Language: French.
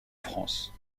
france